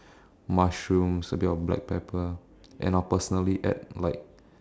mushrooms a bit of black pepper and I'll personally add like